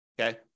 Okay